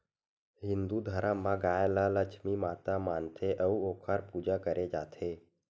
हिंदू धरम म गाय ल लक्छमी माता मानथे अउ ओखर पूजा करे जाथे